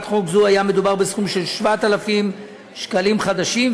חוק זו היה מדובר בסכום של 7,000 שקלים חדשים,